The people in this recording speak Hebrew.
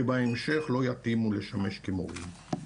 שבהמשך לא יתאימו לשמש כמורים.